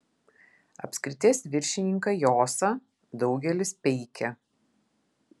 apskrities viršininką josą daugelis peikia